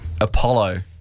Apollo